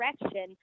direction